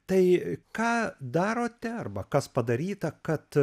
tai ką darote arba kas padaryta kad